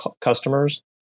customers